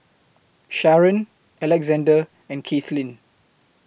Sharen Alexander and Kathleen